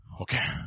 Okay